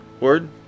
word